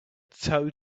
tow